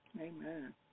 Amen